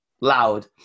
loud